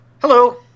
Hello